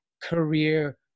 career